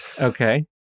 Okay